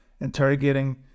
interrogating